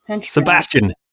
Sebastian